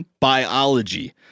biology